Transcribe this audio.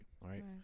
Right